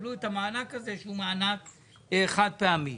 יקבלו את המענק הזה שהוא מענק חד פעמי.